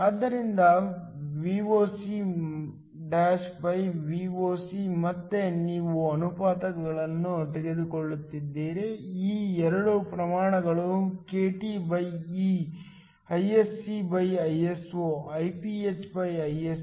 ಆದ್ದರಿಂದ V'ocV oc ಮತ್ತೆ ನೀವು ಅನುಪಾತವನ್ನು ತೆಗೆದುಕೊಳ್ಳುತ್ತಿದ್ದೀರಿ ಈ ಎರಡು ಪ್ರಮಾಣಗಳು kTe IscIso IphIso